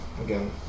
again